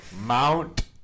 Mount